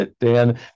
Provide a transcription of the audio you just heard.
Dan